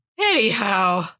Anyhow